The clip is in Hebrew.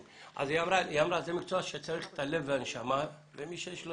אני מבקש להתייחס ולהסביר את זה, אני לא